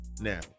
now